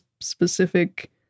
specific